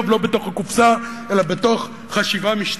לא בתוך הקופסה אלא בתוך חשיבה משתנה.